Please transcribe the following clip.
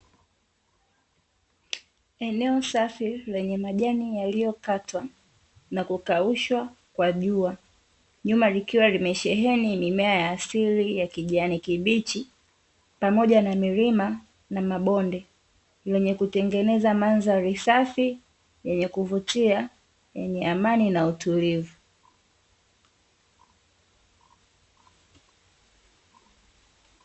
Eneo safi lenye majani yaliyokatwa na kukaushwa kwa jua, nyuma likiwa limesheheni mimea ya asili ya kijani kibichi, pamoja na milima na mabonde yenye kutengeneza mandhari safi yenye kuvutia, yenye amani na utulivu.